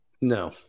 no